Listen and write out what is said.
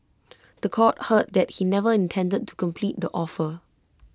The Court heard that he never intended to complete the offer